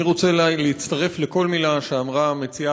אני רוצה להצטרף לכל מילה שאמרה המציעה